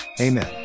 Amen